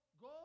go